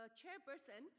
chairperson